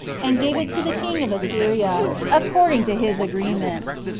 and gave it to the king of assyria, according to his agreement.